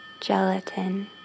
gelatin